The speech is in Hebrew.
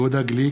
יהודה גליק,